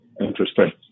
Interesting